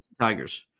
Tigers